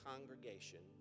congregation